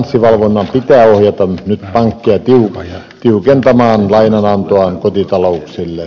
finanssivalvonnan pitää ohjata nyt pankkeja tiukentamaan lainanantoaan kotitalouksille